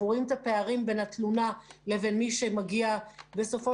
אנחנו רואים את הפערים בין התלונה לבין מי שמגיע בסופו